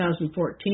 2014